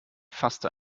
fasste